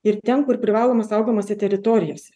ir ten kur privalomai saugomose teritorijose